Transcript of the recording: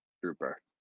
trooper